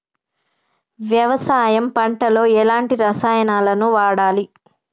వ్యవసాయం పంట లో ఎలాంటి రసాయనాలను వాడాలి?